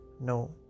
No